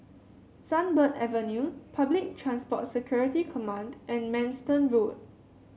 Sunbird Avenue Public Transport Security Command and Manston Road